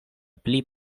pli